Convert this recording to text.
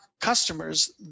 customers